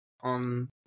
on